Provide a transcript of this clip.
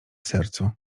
sercu